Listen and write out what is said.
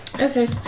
Okay